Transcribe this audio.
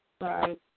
right